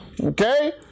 Okay